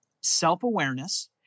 self-awareness